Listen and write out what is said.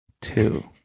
two